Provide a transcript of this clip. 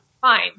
Fine